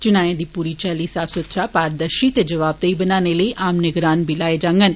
चुनाएं गी पूरी चाल्ली साफ सुथरा पारदर्शी ते जबावदेह बनाने लेई आम निगरान बी लाए जांगन